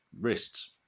Wrists